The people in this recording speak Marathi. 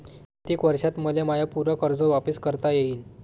कितीक वर्षात मले माय पूर कर्ज वापिस करता येईन?